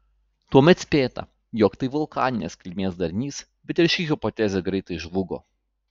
tuomet spėta jog tai vulkaninės kilmės darinys bet ir ši hipotezė greitai žlugo